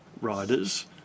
riders